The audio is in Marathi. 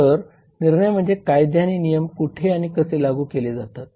तर निर्णय म्हणजे कायदे आणि नियम कुठे आणि कसे लागू केले जातात